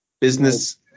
business